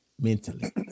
Mentally